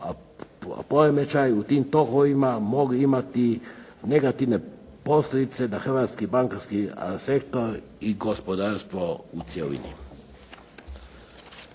poremećaj u tim tokovima mogli imati negativne posljedice da hrvatski bankarski sektor i gospodarstvo u cjelini.